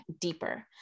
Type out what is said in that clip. deeper